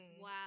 wow